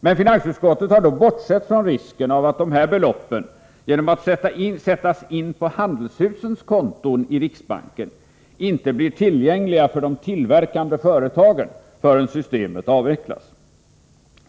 Men finansutskottet har då bortsett från risken att de här beloppen genom att sättas in på handelshusens konton i riksbanken inte blir tillgängliga för de tillverkande företagen förrän systemet avvecklas.